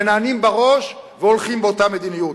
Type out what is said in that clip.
מנענעים בראש והולכים באותה מדיניות.